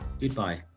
goodbye